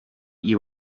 you